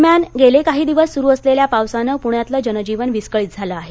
दरम्यान गेले काही दिवस सुरु असलेल्या पावसानं पुण्यातलं जनजीवन विस्कळीत झालं आहे